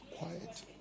Quiet